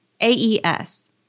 AES